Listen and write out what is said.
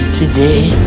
today